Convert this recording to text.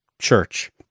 church